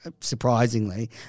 surprisingly